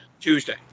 Tuesday